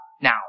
now